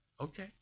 okay